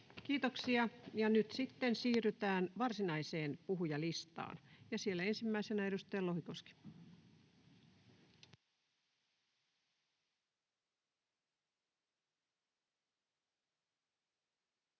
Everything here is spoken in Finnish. Kiitoksia. — Ja nyt sitten siirrytään varsinaiseen puhujalistaan, ja siellä ensimmäisenä on edustaja Lohikoski.